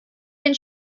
den